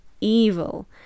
evil